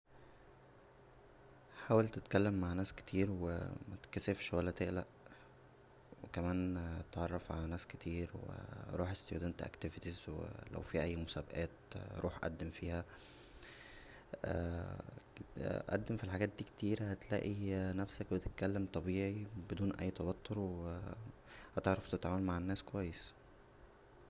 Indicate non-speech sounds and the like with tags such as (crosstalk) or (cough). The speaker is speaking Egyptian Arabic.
حاول تتكلم مع ناس كتير و متتكسفش ولا تقلق و كمان اتعرف على ناس كتير و روح نشاط الطلاب و لو فيه اى مسابقات روح قدم فيها (hesitation) قدم فى الحاجات دى كتير هتلاقى نفسك بتتكلم طبيعى بدون اى توتر و هتعرف تتعامل مع الناس كويس